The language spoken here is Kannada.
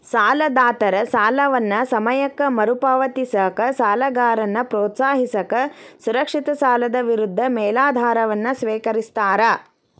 ಸಾಲದಾತರ ಸಾಲವನ್ನ ಸಮಯಕ್ಕ ಮರುಪಾವತಿಸಕ ಸಾಲಗಾರನ್ನ ಪ್ರೋತ್ಸಾಹಿಸಕ ಸುರಕ್ಷಿತ ಸಾಲದ ವಿರುದ್ಧ ಮೇಲಾಧಾರವನ್ನ ಸ್ವೇಕರಿಸ್ತಾರ